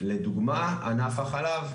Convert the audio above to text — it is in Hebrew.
לדוגמא ענף החלב,